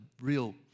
real